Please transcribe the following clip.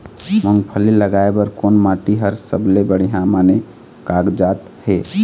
मूंगफली लगाय बर कोन माटी हर सबले बढ़िया माने कागजात हे?